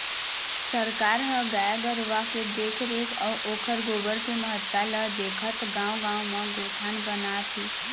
सरकार ह गाय गरुवा के देखरेख अउ ओखर गोबर के महत्ता ल देखत गाँव गाँव म गोठान बनात हे